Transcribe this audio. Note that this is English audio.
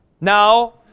Now